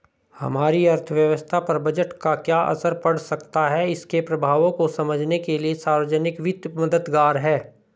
हमारी अर्थव्यवस्था पर बजट का क्या असर पड़ सकता है इसके प्रभावों को समझने के लिए सार्वजिक वित्त मददगार है